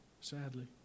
Sadly